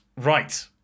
Right